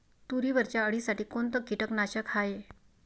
तुरीवरच्या अळीसाठी कोनतं कीटकनाशक हाये?